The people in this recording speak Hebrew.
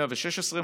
116,